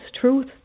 truth